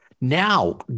Now